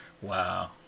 Wow